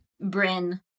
Bryn